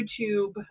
YouTube